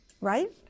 right